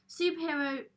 superhero